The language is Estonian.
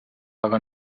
aga